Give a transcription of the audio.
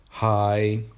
Hi